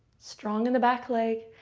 strong in the back leg.